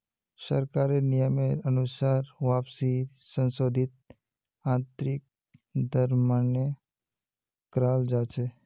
सरकारेर नियमेर अनुसार वापसीर संशोधित आंतरिक दर मान्य कराल जा छे